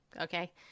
Okay